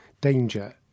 danger